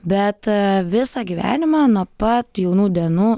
bet visą gyvenimą nuo pat jaunų dienų